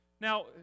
Now